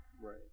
Right